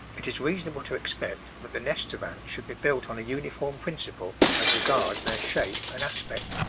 it is reasonable to expect that the nests of ants should be built on a uniform principle as regards their shape and aspect.